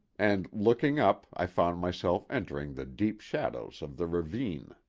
and looking up i found myself entering the deep shadows of the ravine.